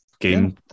game